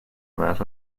about